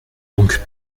donc